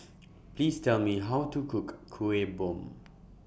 Please Tell Me How to Cook Kueh Bom